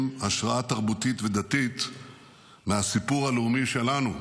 השראה תרבותית ודתית מהסיפור הלאומי שלנו,